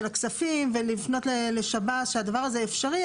הכספים ולפנות לשב"ס שהדבר הזה אפשרי,